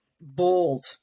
bold